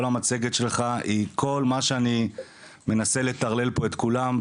המצגת שלך היא כל מה שאני מנסה לטרלל פה את כולם,